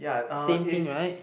same thing right